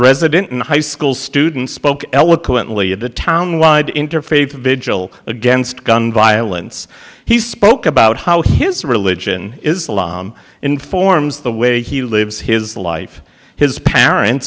resident and high school student spoke eloquently of the town wide interfaith vigil against gun violence he spoke about how his religion is salaam informs the way he lives his life his parents